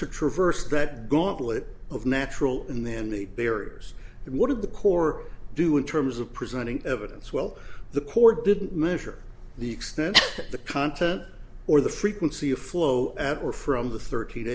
to traverse that gauntlet of natural and then the barriers and what are the core do in terms of presenting evidence well the core didn't measure the extent of the content or the frequency of flow at or for on the thirt